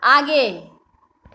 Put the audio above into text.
आगे